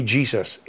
Jesus